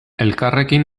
elkarrekin